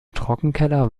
trockenkeller